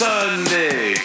Sunday